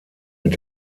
mit